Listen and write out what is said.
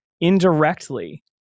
indirectly